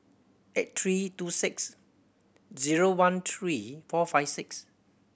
eight three two six zero one three four five six